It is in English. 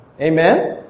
Amen